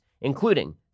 including